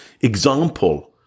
example